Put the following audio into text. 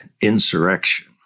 insurrection